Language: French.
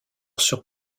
sur